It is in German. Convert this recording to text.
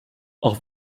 auch